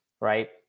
right